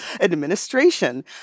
administration